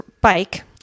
bike